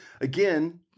again